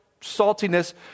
saltiness